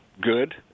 good